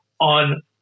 on